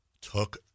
took